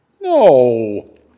No